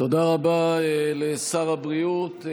תודה רבה לשר הבריאות.